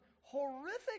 horrific